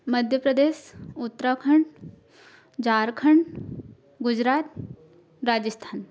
Madhya Pradesh Uttarakhand Jharkhand Gujarat Rajasthan